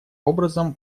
образом